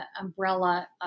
umbrella